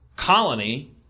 colony